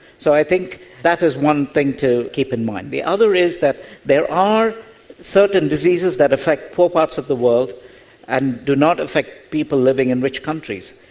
so i think that is one thing to keep in mind. the other is that there are certain diseases that affect poor parts of the world and do not affect people living in rich countries.